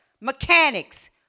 mechanics